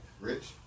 Rich